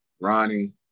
Ronnie